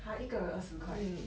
!huh! 一个人二十块